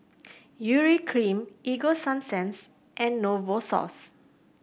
Urea Cream Ego Sunsense and Novosource